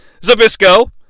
Zabisco